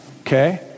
okay